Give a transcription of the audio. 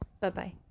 Bye-bye